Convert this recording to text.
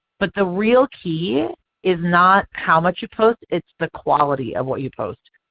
but the real key is not how much you post it's the quality of what you post.